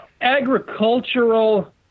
agricultural